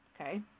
okay